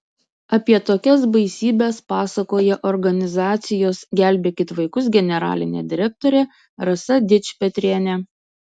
apie tokias baisybes pasakoja organizacijos gelbėkit vaikus generalinė direktorė rasa dičpetrienė